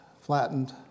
flattened